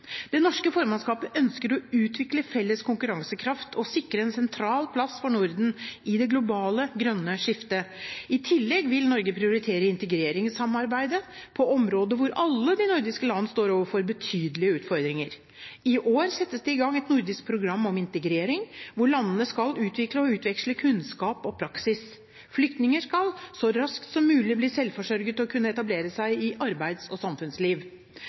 Det norske formannskapet ønsker å utvikle felles konkurransekraft og sikre en sentral plass for Norden i det globale grønne skiftet. I tillegg vil Norge prioritere integreringssamarbeidet på et område der alle de nordiske land står overfor betydelige utfordringer. I år settes det i gang et nordisk program om integrering, hvor landene skal utvikle og utveksle kunnskap og praksis. Flyktninger skal så raskt som mulig bli selvforsørget og kunne etablere seg i arbeids- og samfunnsliv.